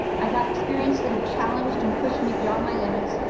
i've had experiences that have challenged and pushed me beyond my limits,